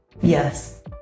Yes